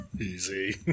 Easy